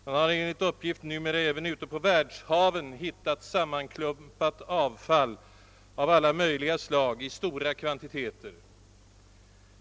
Man har enligt uppgift numera även ute på världshaven hittat sammanklumpat avfall av alla möjliga slag i stora kvantiteter.